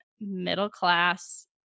middle-class